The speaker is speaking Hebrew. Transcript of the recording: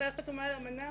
ישראל חתומה על אמנה